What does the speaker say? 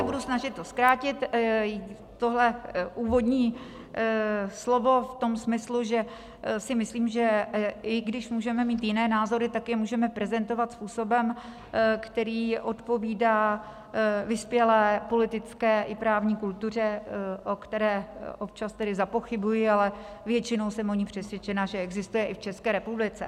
Já se budu snažit zkrátit tohle úvodní slovo v tom smyslu, že si myslím, že i když můžeme mít jiné názory, tak je můžeme prezentovat způsobem, který odpovídá vyspělé politické i právní kultuře, o které občas tedy zapochybuji, ale většinou jsem o ní přesvědčena, že existuje i v České republice.